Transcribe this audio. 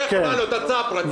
זה יכול לבוא כהצעת חוק פרטית.